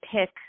pick